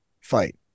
fight